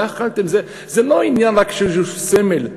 זה לא עניין רק של סמל,